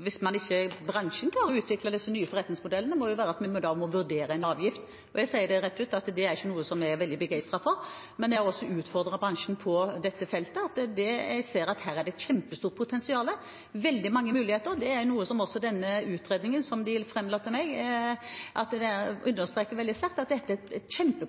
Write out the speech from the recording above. hvis ikke bransjen utvikler disse nye forretningsmodellene, at vi da må vurdere en avgift. Jeg sier rett ut at det ikke er noe som jeg er veldig begeistret for, men jeg har også utfordret bransjen på dette feltet. Jeg ser at her er det et kjempestort potensial, veldig mange muligheter, og noe av det som også den utredningen de framla for meg, understreker veldig sterkt, er at dette er et kjempepotensial for bransjen selv, og da kan jeg ikke forestille meg at de ikke er